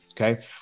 Okay